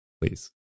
please